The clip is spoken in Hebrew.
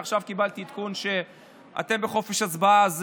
ועכשיו קיבלתי עדכון שאתם בחופש הצבעה,